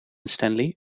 stanley